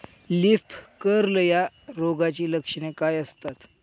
Leaf curl या रोगाची लक्षणे काय असतात?